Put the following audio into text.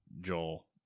Joel